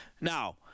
Now